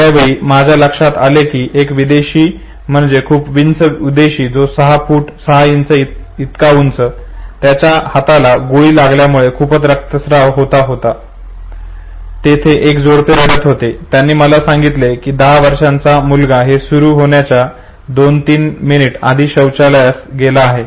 त्या वेळी माझ्या लक्षात आले की तेथे एक विदेशी म्हणजे खूप उंच विदेशी तो 6 फूट 6 इंच इतका उंच त्याच्या हाताला गोळी लागल्यामुळे खूपच रक्तस्त्राव होत होता आणि तेथे एक जोडपे रडत होते त्यांनी मला सांगितले की "माझा दहा वर्षांचा मुलगा हे सुरु होण्याच्या फक्त दोन ते तीन मिनिट आधी शौचालयात गेला आहे